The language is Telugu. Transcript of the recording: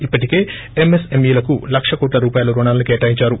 ఇప్పటికే ఎంఎస్ఎంఈలకు లక్ష కోట్ల రూపాయల రుణాలను కేటాయించారు